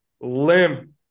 limp